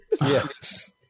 Yes